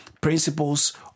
principles